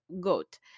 goat